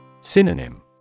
Synonym